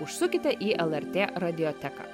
užsukite į lrt radioteką